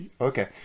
okay